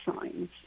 signs